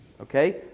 okay